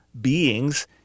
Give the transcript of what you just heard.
beings